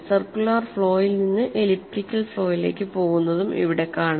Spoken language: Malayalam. സർക്കുലർ ഫ്ലോയിൽ നിന്ന് എലിപ്റ്റിക്കൽ ഫ്ലോയിലേക്ക് പോകുന്നതും ഇവിടെ കാണാം